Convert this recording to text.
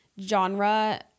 genre